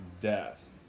death